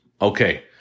Okay